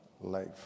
life